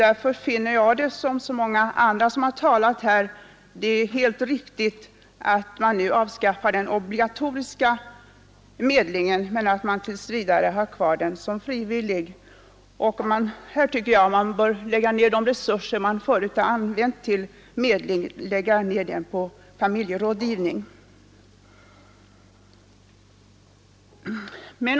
Därför finner jag som så många andra som har talat i debatten här att det är helt riktigt att avskaffa den obligatoriska medlingen men att den tills vidare får vara kvar som någonting frivilligt. Jag tycker att de resurser som används till medling skall läggas på familjerådgivning.